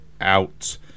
out